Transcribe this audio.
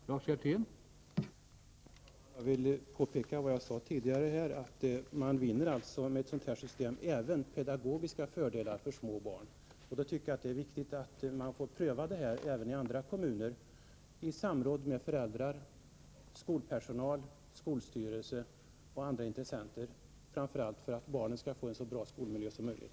Herr talman! Jag vill påpeka vad jag sade tidigare, att man med ett sådant här system även vinner pedagogiska fördelar för små barn. Då tycker jag det är viktigt att systemet får prövas även i andra kommuner, i samråd med föräldrar, skolpersonal, skolstyrelse och andra intressenter, framför allt därför att barnen skall få en så bra skolmiljö som möjligt.